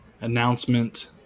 Announcement